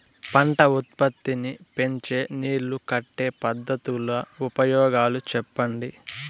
పంట ఉత్పత్తి నీ పెంచే నీళ్లు కట్టే పద్ధతుల ఉపయోగాలు చెప్పండి?